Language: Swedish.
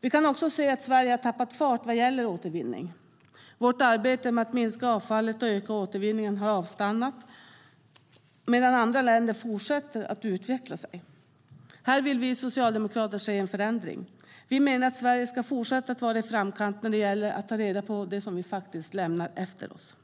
Vi kan också se att Sverige tappat fart vad gäller återvinning. Vårt arbete med att minska avfallet och öka återvinningen har avstannat, medan andra länder fortsätter att utveckla sig. Här vill vi socialdemokrater se en förändring. Vi menar att Sverige ska fortsätta att vara i framkant när det gäller att ta reda på det vi lämnar efter oss.